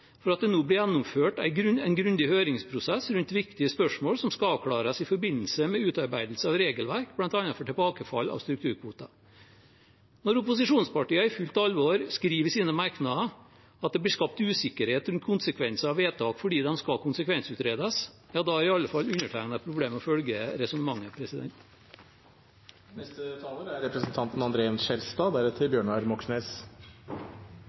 for at det nå blir gjennomført en grundig høringsprosess rundt viktige spørsmål som skal avklares i forbindelse med utarbeidelse av regelverk, bl.a. for tilbakefall av strukturkvoter. Når opposisjonspartiene i fullt alvor skriver i sine merknader at det blir skapt usikkerhet rundt konsekvenser av vedtak fordi de skal konsekvensutredes, har iallfall jeg problemer med å følge resonnementet. Saksordføreren sa tydelig at vi får oppfølging når det gjelder viktige spilleregler framover. Representanten